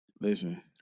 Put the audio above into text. Listen